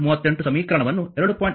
38 ಸಮೀಕರಣವನ್ನು 2